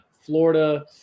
Florida